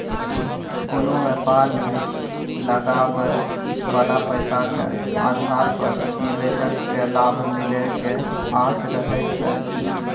कोनो व्यापार मे लगाबइ बला पैसा के आधार पर निवेशक केँ लाभ मिले के आस रहइ छै